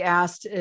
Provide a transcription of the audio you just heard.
asked